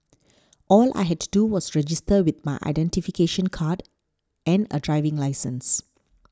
all I had to do was register with my identification card and a driving licence